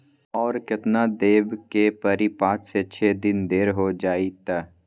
और केतना देब के परी पाँच से छे दिन देर हो जाई त?